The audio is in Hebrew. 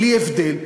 בלי הבדל.